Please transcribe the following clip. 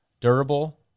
Durable